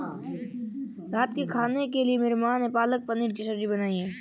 रात के खाने के लिए मेरी मां ने पालक पनीर की सब्जी बनाई है